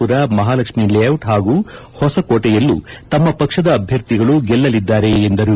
ಮರ ಮಹಾಲಕ್ಷ್ಮೀ ಲೇಡಿಬ್ ಹಾಗೂ ಹೊಸಕೋಟೆಯಲ್ಲೂ ತಮ್ಮ ಪಕ್ಷದ ಅಭ್ಯರ್ಥಿಗಳು ಗೆಲ್ಲಲಿದ್ದಾರೆ ಎಂದರು